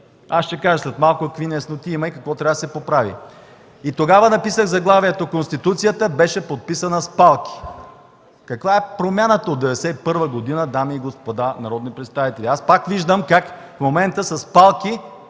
Ще кажа след малко какви неясноти има и какво трябва да се поправи. Тогава написах заглавието „Конституцията беше подписана с палки”. Каква е промяната от 1991 г., дами и господа народни представители? Аз пак виждам как в момента с палки